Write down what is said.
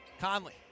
Conley